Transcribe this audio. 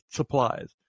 supplies